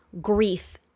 grief